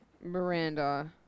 Miranda